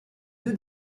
deux